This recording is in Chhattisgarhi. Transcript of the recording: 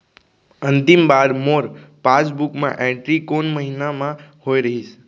अंतिम बार मोर पासबुक मा एंट्री कोन महीना म होय रहिस?